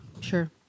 Sure